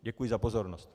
Děkuji za pozornost.